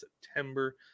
September